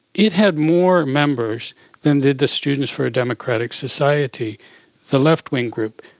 it had more members than did the students for a democratic society the left-wing group.